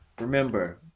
remember